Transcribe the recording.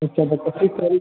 अच्छा तो पच्चीस तारीख